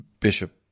Bishop